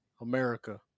America